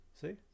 see